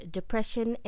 Depression